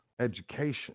education